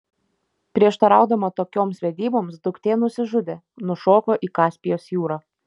prieštaraudama tokioms vedyboms duktė nusižudė nušoko į kaspijos jūrą